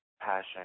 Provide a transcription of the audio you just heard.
passion